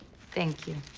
thank you.